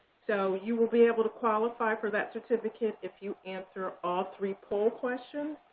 so you will be able to qualify for that certification if you answer all three poll questions,